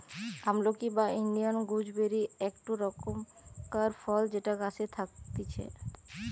আমলকি বা Indian gooseberry একটো রকমকার ফল যেটা গাছে থাকতিছে